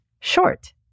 short